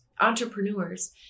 entrepreneurs